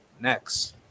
next